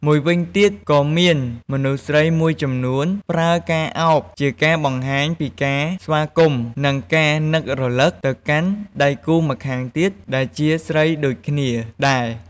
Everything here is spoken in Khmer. មួយវិញទៀត ក៏មានមនុស្សស្រីមួយចំនួនប្រើការឱបជាការបង្ហាញពីការស្វាគមន៍ និងការនឹករឭកទៅកាន់ដៃគូម្ខាងទៀតដែលជាស្រីដូចគ្នាដែរ។